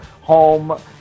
home